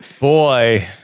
Boy